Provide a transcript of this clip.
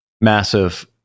massive